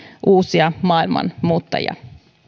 uusia maailman muuttajia